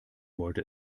wollte